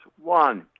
One